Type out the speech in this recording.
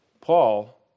Paul